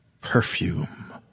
Perfume